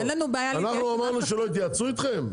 אנחנו אמרנו שלא יתייעצו אתכם?